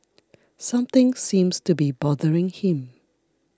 something seems to be bothering him